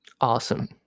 Awesome